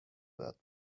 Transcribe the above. that